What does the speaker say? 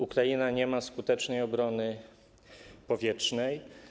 Ukraina nie ma skutecznej obrony powietrznej.